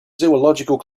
zoological